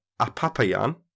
Apapayan